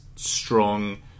Strong